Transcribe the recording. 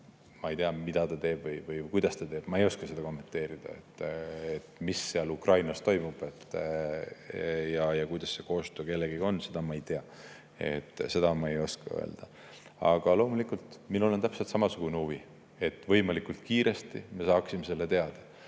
Ma ei tea, mida ta teeb või kuidas ta teeb. Ma ei oska seda kommenteerida, mis Ukrainas toimub ja kuidas koostöö kellegagi on. Seda ma ei tea, seda ma ei oska öelda. Aga loomulikult on minul täpselt samasugune huvi, et me võimalikult kiiresti saaksime [kõik] teada.